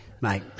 Mate